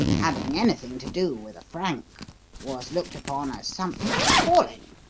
having anything to do with a frank was looked upon as something appalling,